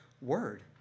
word